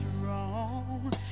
strong